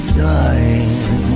dying